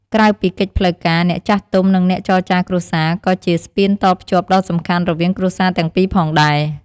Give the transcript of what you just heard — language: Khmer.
ក្រៅពីកិច្ចផ្លូវការ អ្នកចាស់ទុំ និងអ្នកចរចារគ្រួសារ ក៏ជា ស្ពានតភ្ជាប់ដ៏សំខាន់ រវាងគ្រួសារទាំងពីរផងដែរ។